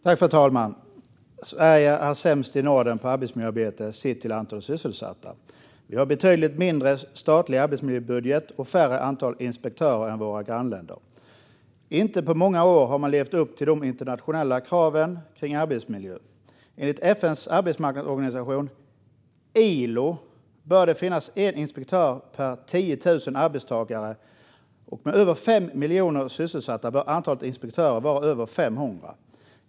Fru talman! Sverige är sämst i Norden på arbetsmiljöarbete sett till antalet sysselsatta. Vi har en betydligt mindre statlig arbetsmiljöbudget och färre inspektörer än våra grannländer. Och vi har inte på många år levt upp till de internationella krav om arbetsmiljö som finns. Enligt FN:s arbetsorganisation ILO bör det finnas en inspektör per 10 000 arbetstagare. Med över 5 miljoner sysselsatta bör antalet inspektörer vara över 500.